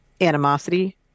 animosity